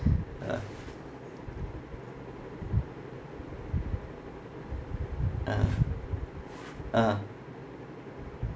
ah ah ah